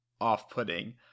off-putting